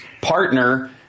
partner